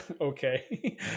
Okay